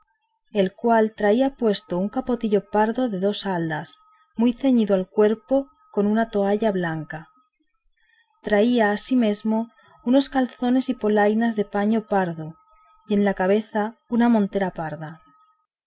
el cual traía puesto un capotillo pardo de dos haldas muy ceñido al cuerpo con una toalla blanca traía ansimesmo unos calzones y polainas de paño pardo y en la cabeza una montera parda